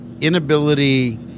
inability